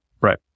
Right